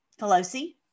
Pelosi